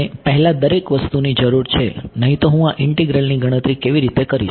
મને પહેલા દરેક વસ્તુની જરૂર છે નહીં તો હું આ ઇન્ટિગ્રલની ગણતરી કેવી રીતે કરીશ